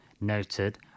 noted